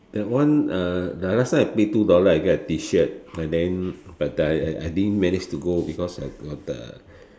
that one uh the last time I pay two dollar I get a T shirt but then I di~ I didn't manage to go because I got a